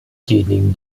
diejenigen